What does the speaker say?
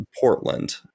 Portland